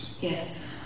Yes